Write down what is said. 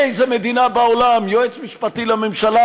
באיזו מדינה בעולם יועץ משפטי לממשלה